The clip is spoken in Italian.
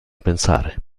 pensare